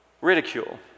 Ridicule